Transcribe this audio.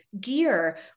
gear